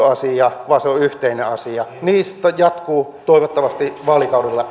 asia vaan se on yhteinen asia ja jatkuu toivottavasti vaalikaudella